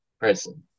person